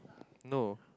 no